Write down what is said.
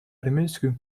армейский